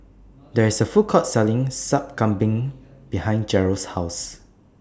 There IS A Food Court Selling Sup Kambing behind Jerrel's House